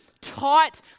taught